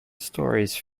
stories